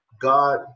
God